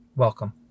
welcome